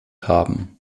haben